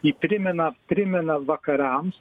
ji primena primena vakarams